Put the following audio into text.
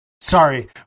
Sorry